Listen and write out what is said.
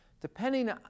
Depending